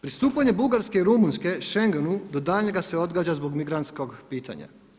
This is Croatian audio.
Pristupanje Bugarske i Rumunjske Schengenu do daljnjega se odgađa zbog migrantskog pitanja.